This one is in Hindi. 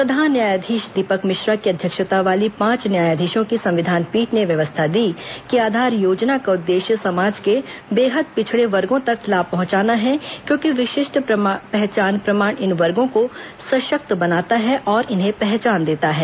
प्रधान न्यायाधीश दीपक मिश्रा की अध्यक्षता वाली पांच न्यायाधीशों की संविधान पीठ ने व्यवस्था दी कि आधार योजना का उद्देश्य समाज के बेहद पिछड़े वर्गों तक लाभ पहुंचाना है क्योंकि विशिष्ट पहचान प्रमाण इन वर्गों को सशक्त बनाता है और इन्हें पहचान देता है